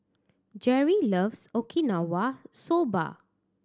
Jerry loves Okinawa Soba